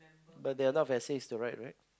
but there not messages to write where